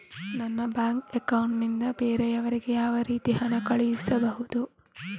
ನನ್ನ bank account ನಿಂದ ಬೇರೆಯವರಿಗೆ ಯಾವ ರೀತಿ ಹಣ ಕಳಿಸಬಹುದು?